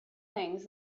things